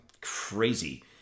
crazy